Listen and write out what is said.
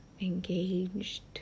engaged